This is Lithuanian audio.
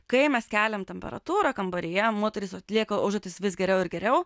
kai mes keliam temperatūrą kambaryje moterys atlieka užduotis vis geriau ir geriau